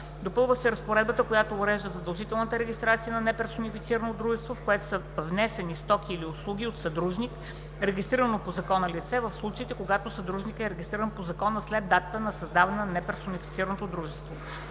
Допълва се разпоредбата, която урежда задължителната регистрация на неперсонифицирано дружество, в което са внесени стоки или услуги от съдружник, регистрирано по закона лице, в случаите, когато съдружникът е регистриран по закона след датата на създаване на неперсонифицираното дружество.